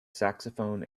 saxophone